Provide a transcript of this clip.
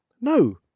No